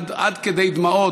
עד כדי דמעות,